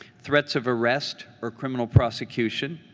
threats of arrest or criminal prosecution,